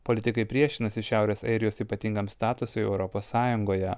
politikai priešinasi šiaurės airijos ypatingam statusui europos sąjungoje